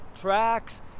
tracks